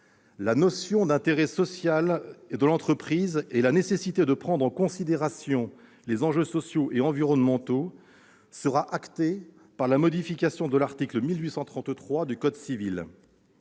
La notion d'intérêt social de l'entreprise et la nécessité de prendre en considération les enjeux sociaux et environnementaux seront ainsi inscrites dans la loi par la modification de l'article 1833 du code civil.